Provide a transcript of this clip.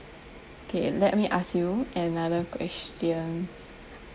okay let me ask you another question